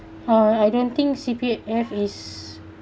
oh I don't think C_P_F is